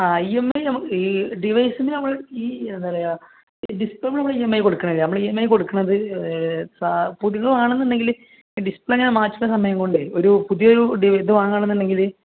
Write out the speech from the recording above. ആ E M I നമുക്ക് ഈ ഡിവൈസിന് നമ്മൾ ഈ എന്താ പറയുക ഈ ഡിസ്പ്ലേയ്ക്ക് നമ്മൾ ഇ എം ഐ കൊടുക്കുന്നില്ല നമ്മൾ ഇ എം ഐ കൊടുക്കുന്നത് സാ പുതിയത് വാങ്ങുകയാണ് എന്ന് ഉണ്ടെങ്കിൽ ഡിസ്പ്ലേ ഞാൻ മാറ്റുന്ന സമയം കൊണ്ട് ഒരു പുതിയ ഡിവൈസ് വങ്ങുകയാണെന്ന് ഉണ്ടെങ്കിൽ